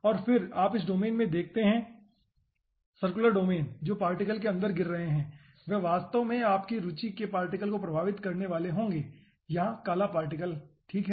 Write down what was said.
और फिर आप इस डोमेन में देखते हैं सर्कुलर डोमेन जो पार्टिकल अंदर गिर रहे हैं वे वास्तव में आपके रुचि के पार्टिकल को प्रभावित करने वाले होंगे यहाँ काला पार्टिकल ठीक है